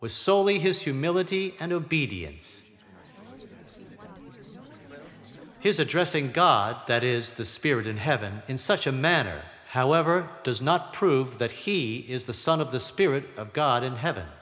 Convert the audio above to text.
was soley his humility and obedience his addressing god that is the spirit in heaven in such a manner however does not prove that he is the son of the spirit of god in heaven